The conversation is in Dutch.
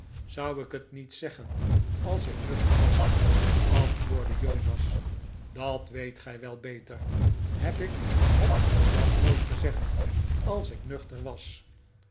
zou ik het niet zeggen als ik nuchter was antwoordde jonas dat weet gij wel beter heb ik het dan nooit gezegd als ik nuchter was